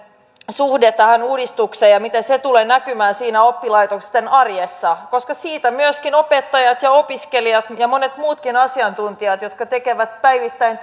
suhde tähän uudistukseen ja se miten se tulee näkymään siinä oppilaitosten arjessa koska siitä myöskin opettajat ja opiskelijat ja monet muutkin asiantuntijat jotka tekevät päivittäin